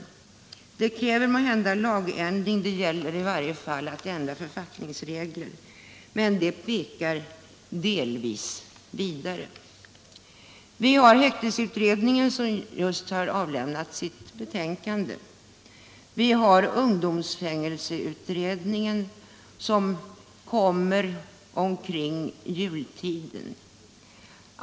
Det kräver måhända en lagändring — i varje fall ändring av författningsregler — men det pekar delvis framåt. Vidare har häktesutredningen just avlämnat sitt betänkande, och ungdomsfängelseutredningen kommer med sitt betänkande omkring jul.